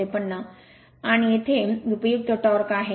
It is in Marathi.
53 आणि येथे उपयुक्त टॉर्क आहे